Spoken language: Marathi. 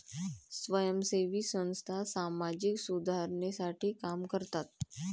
स्वयंसेवी संस्था सामाजिक सुधारणेसाठी काम करतात